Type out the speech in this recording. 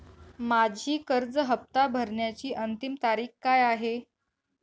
माझी कर्ज हफ्ता भरण्याची अंतिम तारीख काय आहे?